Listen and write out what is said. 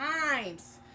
times